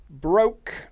broke